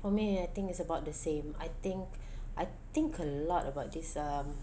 for me I think is about the same I think I think a lot about this um